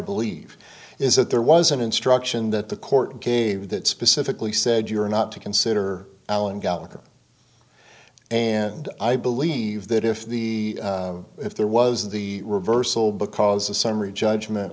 believe is that there was an instruction that the court gave that specifically said you're not to consider alan gallagher and i believe that if the if there was the reversal because the summary judgment